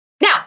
Now